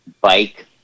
bike